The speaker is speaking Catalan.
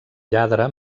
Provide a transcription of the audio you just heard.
lladre